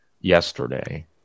yesterday